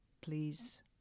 Please